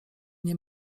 nie